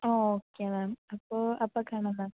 okay ma'am അപ്പോൾ അപ്പോൾ കാണാം മാം